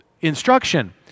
instruction